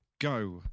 go